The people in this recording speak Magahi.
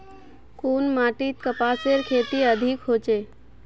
कुन माटित कपासेर खेती अधिक होचे?